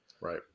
Right